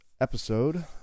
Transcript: episode